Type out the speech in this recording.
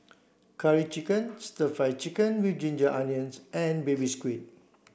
curry chicken stir fry chicken with ginger onions and baby squid